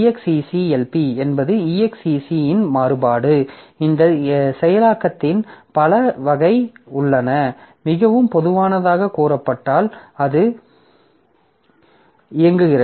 execlp என்பது exec இன் மாறுபாடு இந்த செயலாக்கத்தின் பல வகைகள் உள்ளன மிகவும் பொதுவானதாகக் கூறப்பட்டால் அது இயங்குகிறது